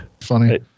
funny